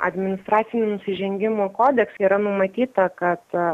administracinių nusižengimų kodekse yra numatyta kad